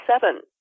seven